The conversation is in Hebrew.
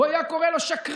והוא היה קורא לו "שקרן",